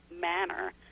manner